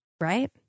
Right